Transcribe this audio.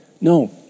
No